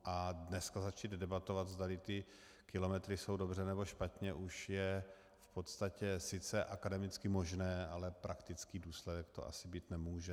A dneska začít debatovat, zdali ty kilometry jsou dobře, nebo špatně, už je v podstatě sice akademicky možné, ale praktický důsledek to asi mít nemůže.